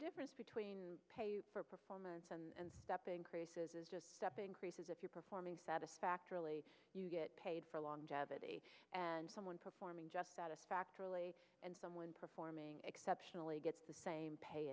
difference between pay for performance and step increases is just step increases if you're performing satisfactorily you get paid for longevity and someone performing just satisfactorily and someone performing exceptionally gets the same pay